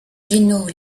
gino